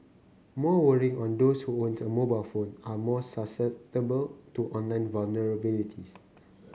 more worrying on those who own a mobile phone are more susceptible to online vulnerabilities